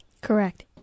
Correct